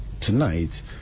tonight